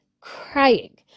crying